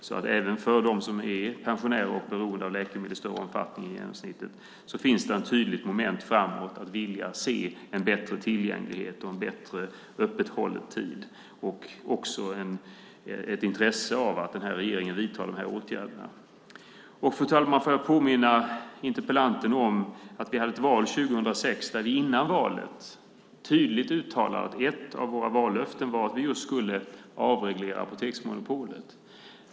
Så även för dem som är pensionärer och beroende av läkemedel i större omfattning än genomsnittet finns det ett tydligt moment framåt att vilja se en bättre tillgänglighet och bättre öppethållandetider. Det finns också ett intresse av att den här regeringen vidtar de åtgärderna. Fru ålderspresident! Får jag påminna interpellanten om att vi hade ett val 2006. Innan valet uttalade vi tydligt att ett av våra vallöften var att vi skulle avreglera apoteksmonopolet.